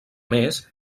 més